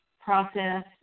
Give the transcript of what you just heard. process